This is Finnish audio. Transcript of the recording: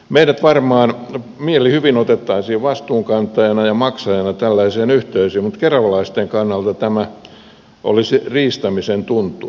meidät varmaan mielihyvin otettaisiin vastuunkantajina ja maksajina tällaiseen yhteisöön mutta keravalaisten kannalta tässä olisi riistämisen tuntua